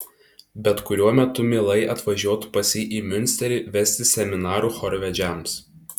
bet kuriuo metu mielai atvažiuotų pas jį į miunsterį vesti seminarų chorvedžiams